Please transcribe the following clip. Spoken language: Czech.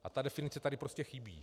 A ta definice tady prostě chybí.